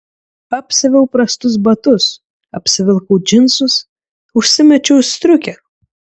apsiaviau prastus batus apsivilkau džinsus užsimečiau striukę